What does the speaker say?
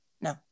No